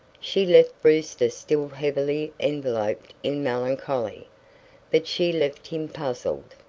she left brewster still heavily enveloped in melancholy but she left him puzzled.